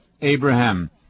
Abraham